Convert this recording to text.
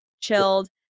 chilled